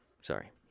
Sorry